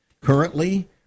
Currently